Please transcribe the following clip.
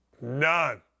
None